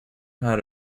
had